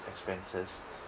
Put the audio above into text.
expenses